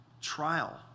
trial